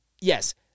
yes